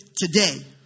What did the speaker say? today